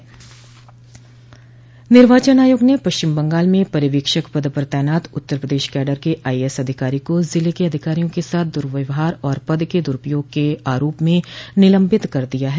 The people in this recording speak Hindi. निर्वाचन आयोग ने पश्चिम बंगाल में पर्यवक्षक पद पर तैनात उत्तर प्रदेश कैडर के आईएएस अधिकारी को जिले के अधिकारियों के साथ दुव्यवहार और पद के दुरुपयोग के आरोप में निलंबित कर दिया है